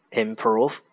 improve